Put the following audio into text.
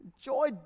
Joy